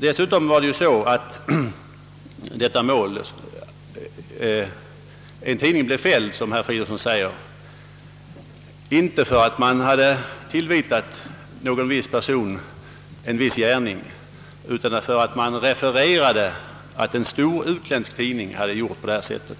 Dessutom blev en tidning fälld i må let, inte för att den hade tillvitat någon viss person en viss gärning utan därför att den refererade att en stor utländsk tidning gjort det. Den svenska